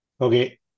Okay